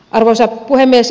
arvoisa puhemies